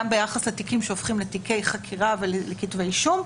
גם ביחס לתיקים שהופכים לתיקי חקירה ולכתבי אישום,